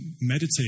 meditate